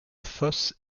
fosse